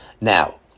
Now